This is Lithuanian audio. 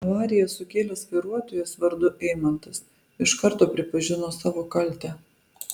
avariją sukėlęs vairuotojas vardu eimantas iš karto pripažino savo kaltę